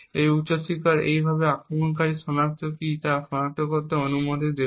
এই উচ্চ শিখর এইভাবে আক্রমণকারীকে সঠিক কী সনাক্ত করতে অনুমতি দেবে